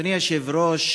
אדוני היושב-ראש,